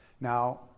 Now